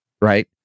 right